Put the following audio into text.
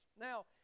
Now